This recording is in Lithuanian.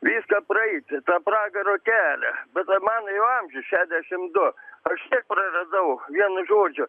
viską praeit tą pragaro kelią bet man jau amžius šešiasdešimt du aš tiek praradau vienu žodžiu